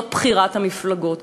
זאת בחירת המפלגות.